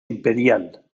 imperial